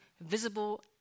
visible